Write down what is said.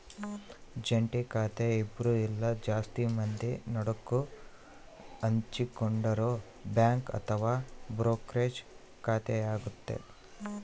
ಜಂಟಿ ಖಾತೆ ಇಬ್ರು ಇಲ್ಲ ಜಾಸ್ತಿ ಮಂದಿ ನಡುಕ ಹಂಚಿಕೊಂಡಿರೊ ಬ್ಯಾಂಕ್ ಅಥವಾ ಬ್ರೋಕರೇಜ್ ಖಾತೆಯಾಗತೆ